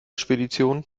spedition